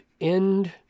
end